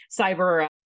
cyber